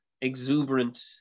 exuberant